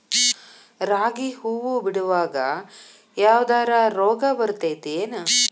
ರಾಗಿ ಹೂವು ಬಿಡುವಾಗ ಯಾವದರ ರೋಗ ಬರತೇತಿ ಏನ್?